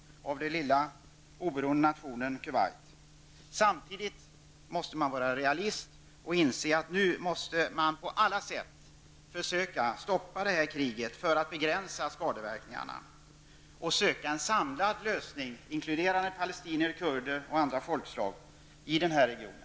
Samtidigt måste man vara realist och inse att man nu på alla sätt måste försöka stoppa kriget för att begränsa skadeverkningarna, och söka en samlad lösning, inkluderande palestinier, kurder och andra folkslag i den här regionen.